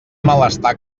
malestar